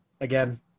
Again